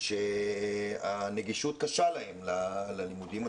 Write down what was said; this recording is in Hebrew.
שהנגישות ללימודים קשה להם.